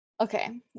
okay